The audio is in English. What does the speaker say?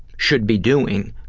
should be doing,